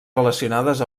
relacionades